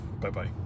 Bye-bye